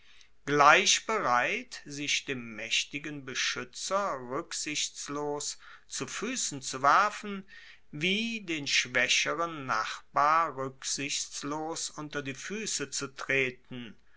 gleich bereit sich dem maechtigen beschuetzer ruecksichtslos zu fuessen zu werfen wie den schwaecheren nachbar ruecksichtslos unter die fuesse zu treten